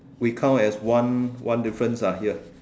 we count as one one difference ah here